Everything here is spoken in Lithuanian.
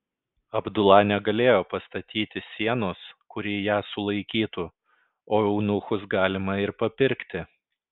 abdula negalėjo pastatyti sienos kuri ją sulaikytų o eunuchus galima ir papirkti